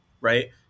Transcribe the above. right